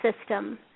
system